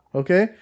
okay